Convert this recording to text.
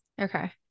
Okay